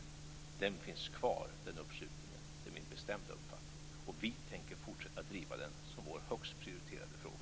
Den uppslutningen finns kvar, det är min bestämda uppfattning. Vi tänker fortsätta att driva den som vår högst prioriterade fråga.